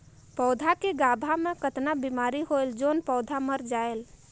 पौधा के गाभा मै कतना बिमारी होयल जोन पौधा मर जायेल?